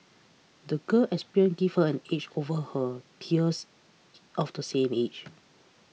the girl experiences gave her an edge over her peers of the same age